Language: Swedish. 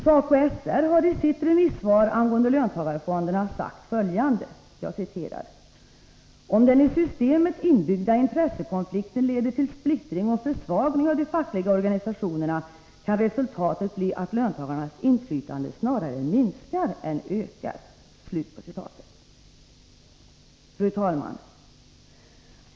SACOY/SR har i sitt remissvar angående löntagarfonderna sagt följande: ”Om den i systemet inbyggda intressekonflikten leder till splittring och försvagning av de fackliga organisationerna kan resultatet bli att löntagarnas inflytande snarare minskar än ökar.” Fru talman!